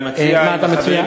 אני מציע, מה אתה מציע?